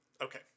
Okay